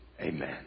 amen